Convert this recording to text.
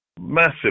Massive